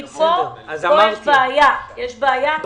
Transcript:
כי פה יש בעיה.